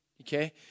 Okay